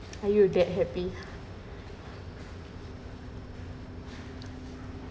are you that happy